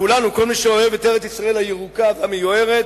כולנו, כל מי שאוהב את ארץ-ישראל הירוקה והמיוערת,